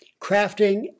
crafting